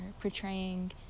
portraying